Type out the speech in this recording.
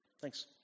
Thanks